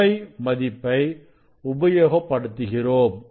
25 மதிப்பை உபயோகப்படுத்துகிறோம்